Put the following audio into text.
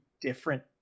different